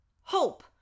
hope